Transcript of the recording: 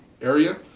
area